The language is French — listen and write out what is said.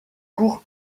cour